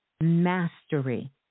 mastery